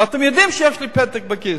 ואתם יודעים שיש לי פתק בכיס.